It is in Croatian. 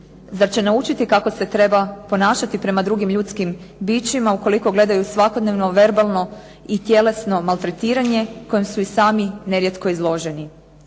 Zar će naučiti kako se treba ponašati prema drugim ljudskim bićima ukoliko gledaju svakodnevno verbalno i tjelesno maltretiranje kojem su i sami nerijetko izloženi.